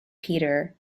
peter